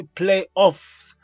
playoffs